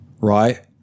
right